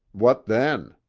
what then?